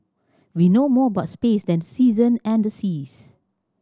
we know more about space than season and the seas